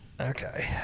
Okay